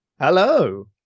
Hello